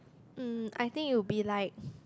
mm I think you'll be like